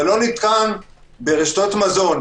אבל לא ניתן ברשתות מזון,